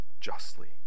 justly